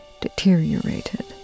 deteriorated